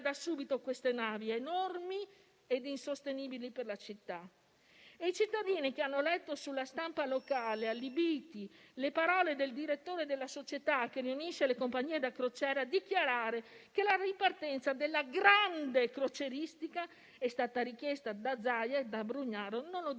I cittadini che hanno letto sulla stampa locale, allibiti, le parole del direttore della società che riunisce le compagnie da crociera dichiarare che la ripartenza della grande crocieristica è stata richiesta da Zaia e da Brugnaro non lo dimenticheranno.